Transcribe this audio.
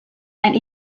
and